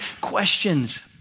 questions